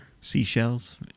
Seashells